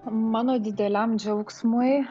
mano dideliam džiaugsmui